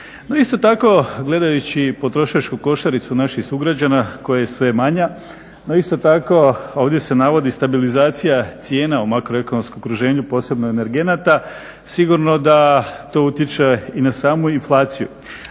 isto tako gledajući i potrošačku košaricu naših sugrađana koja je sve manja isto tako ovdje se navodi stabilizacija cijena u makroekonomskom okruženju posebno energenata, sigurno da to utječe i na samu inflaciju.